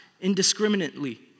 indiscriminately